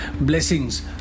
blessings